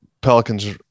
Pelicans